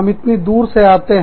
हम इतनी दूर से आते हैं